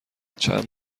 چند